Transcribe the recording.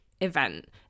event